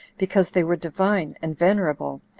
because they were divine and venerable,